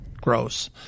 gross